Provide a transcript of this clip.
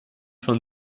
von